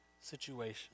situation